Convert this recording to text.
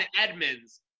Edmonds